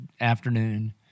afternoon